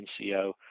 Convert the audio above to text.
NCO